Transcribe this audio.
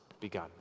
begun